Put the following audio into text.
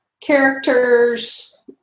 characters